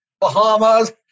Bahamas